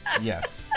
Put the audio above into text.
Yes